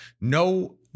no